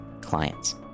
clients